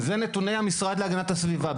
זה נתוני המשרד להגנת הסביבה.